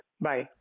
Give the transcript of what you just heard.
Bye